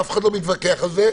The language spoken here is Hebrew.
אף אחד לא מתווכח על זה,